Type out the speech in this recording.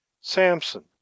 Samson